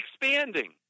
expanding